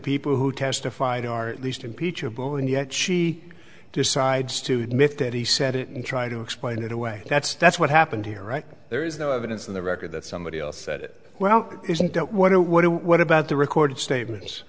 people who testified are at least impeachable and yet she decides to myth that he said it and try to explain it away that's that's what happened here right there is no evidence in the record that somebody else said well isn't that what what what about the record statements